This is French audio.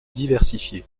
diversifiées